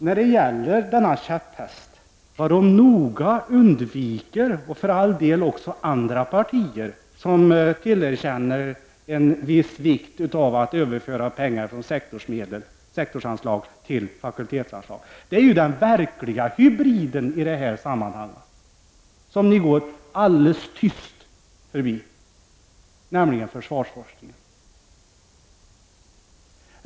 När det gäller denna käpphäst undviker moderaterna noga, för all del också andra partier som tillerkänner en viss vikt av att överföra pengar från sektorsanslagen till fakultetanslagen, att nämna den verkliga hybriden i detta sammanhang och går den alldeles tyst förbi, nämligen försvarsforskningen.